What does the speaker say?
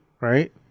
right